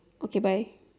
okay bye